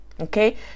Okay